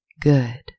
good